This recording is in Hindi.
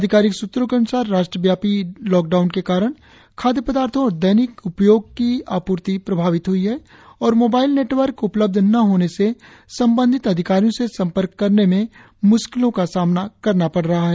अधिकारिक सूत्रों के अन्सार राष्ट्रव्यापी लॉकडाउन के कारण खादय पदार्थो और दैनिक उपयोग की आपूर्ति प्रभावित हई है और मोबाइल नेटवर्क उपलब्ध न होने से संबंधित अधिकारियों से संपर्क करने में म्श्किलों का सामना करना पड़ रहा है